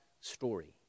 story